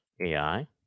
AI